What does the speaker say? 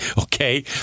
Okay